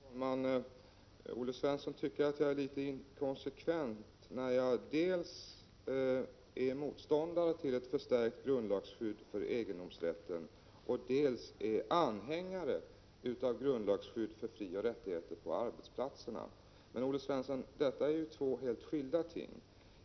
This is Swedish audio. Herr talman! Olle Svensson tycker att jag är litet inkonsekvent när jag dels är motståndare till en förstärkning av grundlagsskyddet när det gäller egendomsrätten, dels är anhängare av grundlagsskydd för frioch rättigheter på arbetsplatserna. Men, Olle Svensson, detta är ju två helt skilda saker.